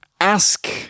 ask